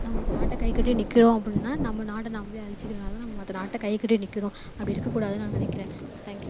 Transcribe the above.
நாம் அந்த நாட்டை கைக்கட்டி நிற்கறோம் அப்படின்னா நம்ம நாடை நாம்மளே அழிச்சிக்கிறனால தான் நம்ம மற்ற நாட்டை கைக்கட்டிட்டு நிற்கறோம் அப்படி இருக்கக்கூடாது நான் நினைக்கிறேன் தேங்க் யூ